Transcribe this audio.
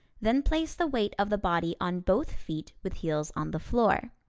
then place the weight of the body on both feet with heels on the floor.